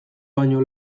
baino